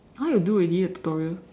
!huh! you do already the tutorial